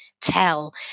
tell